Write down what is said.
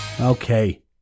Okay